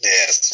Yes